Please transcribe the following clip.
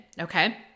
okay